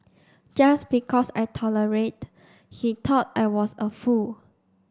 just because I tolerate he thought I was a fool